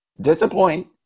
disappoint